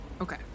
Okay